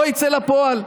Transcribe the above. זה לא יצא לפועל.